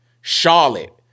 Charlotte